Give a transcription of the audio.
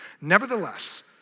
Nevertheless